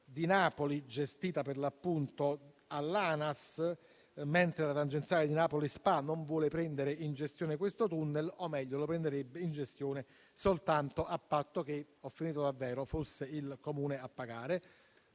di Napoli, gestita per l'appunto dall'ANAS, mentre la tangenziale di Napoli SpA non vuole prendere in gestione questo tunnel, o meglio lo prenderebbe in gestione soltanto a patto che fosse il Comune a pagare.